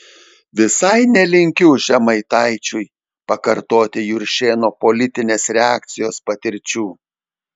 visai nelinkiu žemaitaičiui pakartoti juršėno politinės reakcijos patirčių